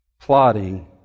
plotting